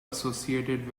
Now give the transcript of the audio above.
associated